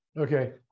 Okay